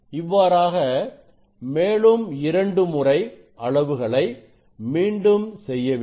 இவ்வாறாக மேலும் இரண்டு முறை அளவுகளை மீண்டும் செய்ய வேண்டும்